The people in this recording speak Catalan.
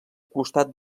costat